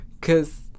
Cause